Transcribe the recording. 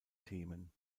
themen